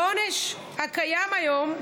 העונש הקיים היום,